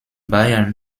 bayern